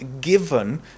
given